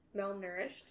malnourished